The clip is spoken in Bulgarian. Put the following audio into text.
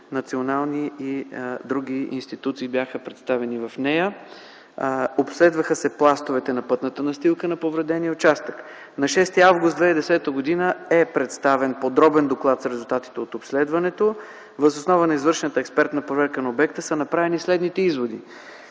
национални и други институции бяха представени в нея. Обследваха се пластовете на пътната настилка на повредения участък. На 6 август 2010 г. е представен подробен доклад с резултатите от обследването. Въз основа на извършената експертна проверка на обекта са направени следните изводи: